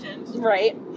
Right